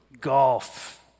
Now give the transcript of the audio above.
golf